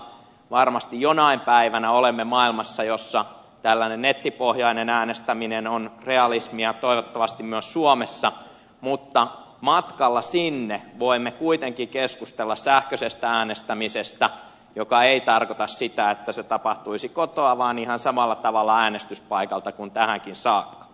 varmasti jonain päivänä olemme maailmassa jossa tällainen nettipohjainen äänestäminen on realismia toivottavasti myös suomessa mutta matkalla sinne voimme kuitenkin keskustella sähköisestä äänestämisestä joka ei tarkoita sitä että se tapahtuisi kotoa vaan ihan samalla tavalla äänestyspaikalta kuin tähänkin saakka